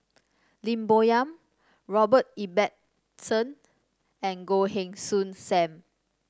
Lim Bo Yam Robert Ibbetson and Goh Heng Soon Sam